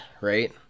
right